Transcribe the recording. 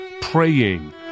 praying